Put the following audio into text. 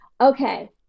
Okay